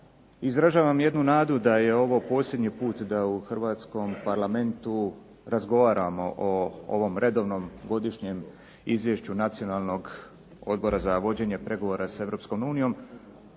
Izražavam jednu nadu da je ovo posljednji put da u hrvatskom Parlamentu razgovaramo o ovom redovnom godišnjem izvješću nacionalnog Odbora za vođenje pregovara s